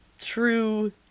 true